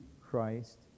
Christ